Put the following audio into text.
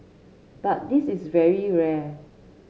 but this is very rare